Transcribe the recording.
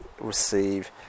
receive